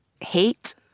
hate